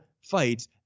fights